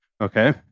okay